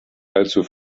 allzu